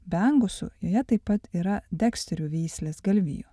be angusų joje taip pat yra deksterių veislės galvijų